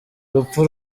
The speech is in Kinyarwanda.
rupfu